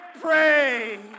pray